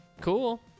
cool